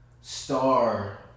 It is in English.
star